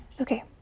Okay